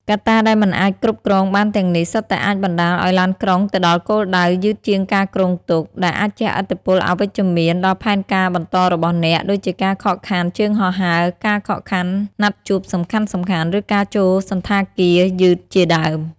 កត្តាដែលមិនអាចគ្រប់គ្រងបានទាំងនេះ សុទ្ធតែអាចបណ្តាលឱ្យឡានក្រុងទៅដល់គោលដៅ យឺតជាងការគ្រោងទុក ដែលអាចជះឥទ្ធិពលអវិជ្ជមានដល់ផែនការបន្តរបស់អ្នក ដូចជាការខកខានជើងហោះហើរ ការខកខានណាត់ជួបសំខាន់ៗ ឬការចូលសណ្ឋាគារយឺតជាដើម។